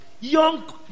young